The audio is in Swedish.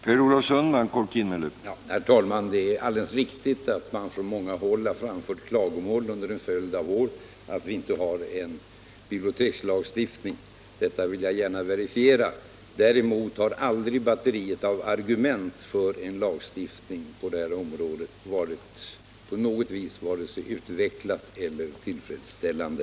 Herr talman! Det är alldeles riktigt att man från många håll har framfört klagomål under en följd av år över att vi inte har en bibliotekslagstiftning. Detta vill jag gärna verifiera. Däremot har aldrig batteriet av argument för en lagstiftning på detta område på något vis varit särdeles utvecklat eller tillfredsställande.